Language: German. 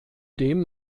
dem